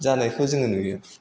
जानायखौ जोङो नुयो